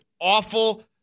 awful